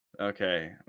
Okay